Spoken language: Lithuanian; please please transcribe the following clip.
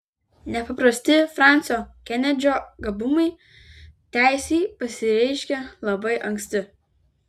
nepaprasti fransio kenedžio gabumai teisei pasireiškė labai anksti